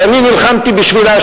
שאני נלחמתי בשבילה,